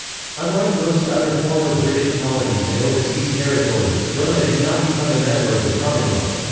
unlike most other former british colonies and overseas territories, burma did not become a member of the commonwealth.